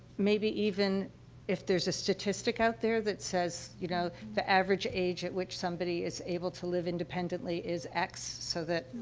maybe even if there's a statistic out there that says, you know, the average age at which somebody is able to live independently is x, so that,